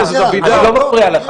אני לא מפריע לך.